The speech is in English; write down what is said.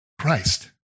Christ